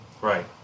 Right